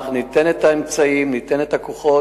אנחנו ניתן את האמצעים, ניתן את הכוחות.